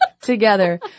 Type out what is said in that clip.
together